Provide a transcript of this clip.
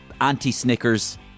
anti-snickers